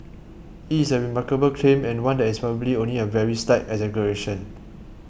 it is a remarkable claim and one that is probably only a very slight exaggeration